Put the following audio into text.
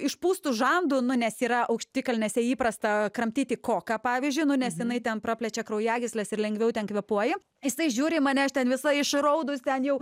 išpūstu žandu nu nes yra aukštikalnėse įprasta kramtyti koką pavyzdžiui nuo ns jinai ten praplečia kraujagysles ir lengviau ten kvėpuoji jisai žiūri į mane aš ten visa išraudus ten jau